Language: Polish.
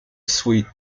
swój